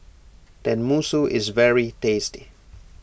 Tenmusu is very tasty